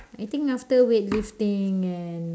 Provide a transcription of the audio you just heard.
I think after weightlifting and